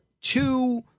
two